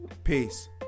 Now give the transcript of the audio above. Peace